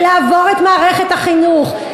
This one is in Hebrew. ולעבור את מערכת החינוך,